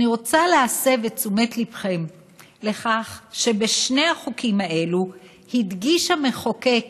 אני רוצה להסב את תשומת ליבכם לכך שבשני החוקים האלה הדגיש המחוקק